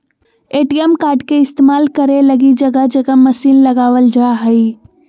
ATM card के इस्तेमाल करे लगी जगह जगह मशीन लगाबल जा हइ